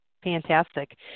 Fantastic